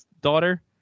daughter